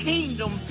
Kingdom